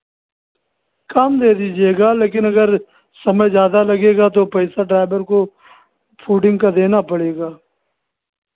कम दे दीजिएगा लेकिन अगर समय ज़्यादा लगेगा तो पैसा ड्राइवर को फ़ूडिंग का देना पड़ेगा